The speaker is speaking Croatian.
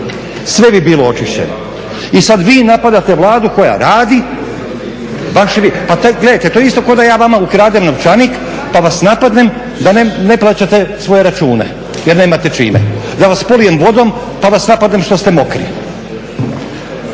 sve bi bilo očišćeno. I sad vi napadate Vladu koja radi, baš vi. Pa gledajte to je isto kao da ja vama ukradem novčanik pa vas napadnem da ne plaćate svoje račune, jer nemate čime. Da vas polijem vodom pa vas napadnem što ste mokri.